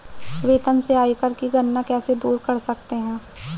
वेतन से आयकर की गणना कैसे दूर कर सकते है?